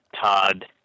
Todd